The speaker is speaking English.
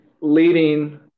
leading